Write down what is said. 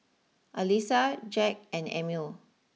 Alissa Jack and Emil